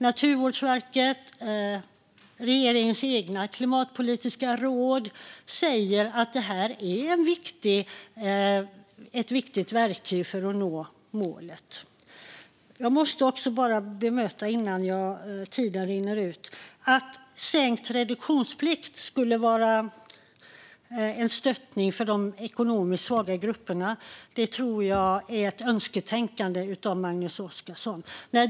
Naturvårdsverket och regeringens eget klimatpolitiska råd säger att det är ett viktigt verktyg för att nå målet. Innan min talartid rinner ut måste jag också bemöta att sänkt reduktionsplikt skulle vara en stöttning för de ekonomiskt svaga grupperna. Det tror jag är ett önsketänkande av Magnus Oscarsson.